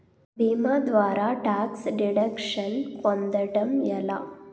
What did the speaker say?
భీమా ద్వారా tax deduction పొందటం ఎలా?